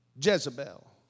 Jezebel